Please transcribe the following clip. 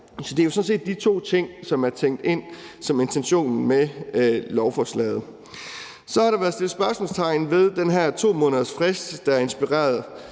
sådan set de to ting, som er tænkt ind som intentionen med lovforslaget. Så har der været sat spørgsmålstegn ved den her 2-månedersfrist, der er inspireret